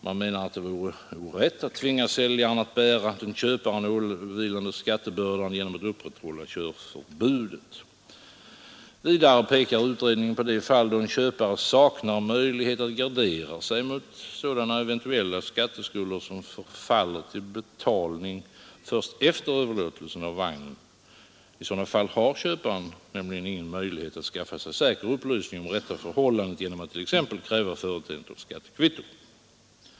Man menar att det vore orätt att tvinga säljaren att bära den köparen åvilande skattebördan genom att upprätthålla körförbudet. Vidare pekar utredningen på de fall då en bilköpare saknar möjlighet att gardera sig mot sådana eventuella skatteskulder som förfaller till betalning först efter överlåtelsen av vagnen — i sådana fall har köparen nämligen ingen möjlighet att skaffa sig säker upplysning om rätta förhållandet genom att t.ex. kräva företeendet av skattekvitto.